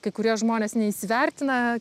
kai kurie žmonės neįsivertina